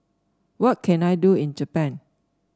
what can I do in Japan